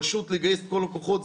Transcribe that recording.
פשוט לגייס את כל הכוחות.